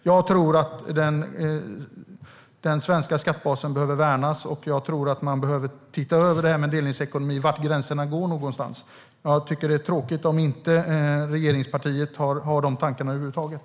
Jag tror att den svenska skattebasen behöver värnas och att man behöver se över frågan om delningsekonomi och var gränserna går. Jag tycker att det är tråkigt om regeringspartiet inte har dessa tankar över huvud taget.